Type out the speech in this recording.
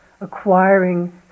acquiring